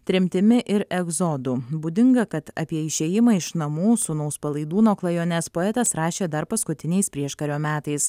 tremtimi ir egzodu būdinga kad apie išėjimą iš namų sūnaus palaidūno klajones poetas rašė dar paskutiniais prieškario metais